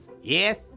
Yes